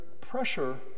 pressure